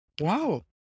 Wow